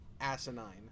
asinine